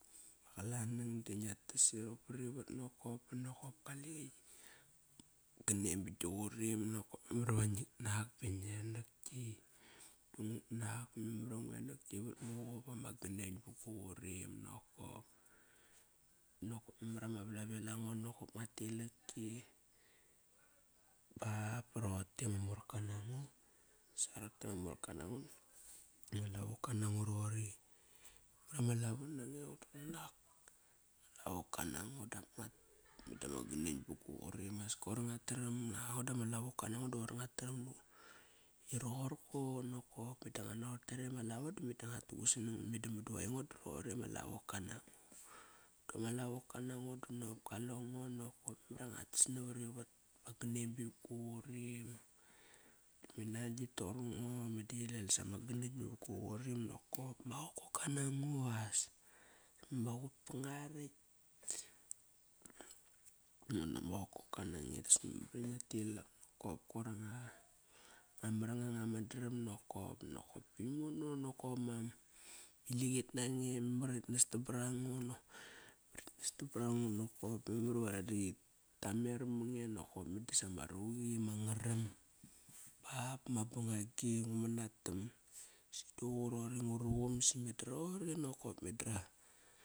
Ma qalangang da ngia tas irong navarivat nakap ban nokop kalenge. Ganen bagi qurim nakop memar iva ngit nak. Ba ngia nak ki. Ngut nak da memar iva ngua nak ki bama ganan ba gu qurim nakop. Nokop memar i ama valavei ango nokop ngua tilak ki. Ba ba roqote ma morka nango. Sarote ama morka nango, Ma lavoka nango roqori. MA lavika nango dap ngua tilak. Meda ma gahen ba gu quirim As qoir ngua traim, nak aingo dama lavoka nango di qoir ngua tram i rorko nokop. Meda ngua tugusnang. Meda mudu aingo da roqori ma lavoka nango. Dama lavoka nango danop. Kaleng nokop. Mamar iva nguat tas navarivat. Ma ganen ba gu qurim. me nan gi tor ngo medo qi lel sama ganen navat ququrim nokop. Ma qokoka nango as Ma qut ta ngua rakt. Mudu ama qokoka nange das mamar i ngia tilak nokop. Koir anga marnga nga mandram nokop. Nokop imono nokop ma ilak it nange. Mamari ritnas tam bara ngo. Tik nas tam bara ngo nokop. Mamar iva ra dit tamer mange nakop. Meda sama ruqi ma ngaram ba bama bangagi. Ngu manatam, si duququ roqori ngu rugum si ngada roquri nokop meda.